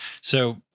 So-